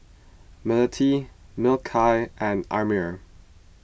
Melati Mikhail and Ammir